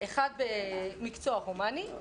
אחד במקצוע הומני,